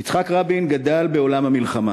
יצחק רבין גדל בעולם המלחמה,